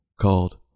called